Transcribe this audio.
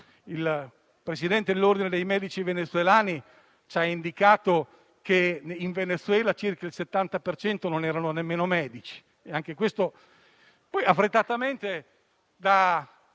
il presidente dell'ordine dei medici venezuelani ci ha indicato che in Venezuela circa il 70 per cento non erano nemmeno medici.